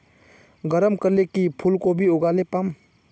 गरम कले की फूलकोबी लगाले पाम?